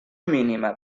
mínima